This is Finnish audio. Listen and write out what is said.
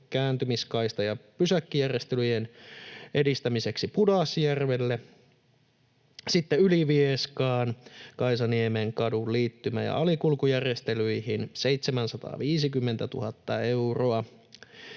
kääntymiskaistan ja pysäkkijärjestelyjen edistämiseksi Pudasjärvelle, sitten 750 000 euroa Ylivieskaan Kaisaniemenkadun liittymä‑ ja alikulkujärjestelyihin ja 400 000 euroa